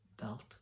belt